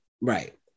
Right